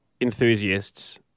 enthusiasts